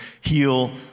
heal